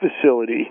facility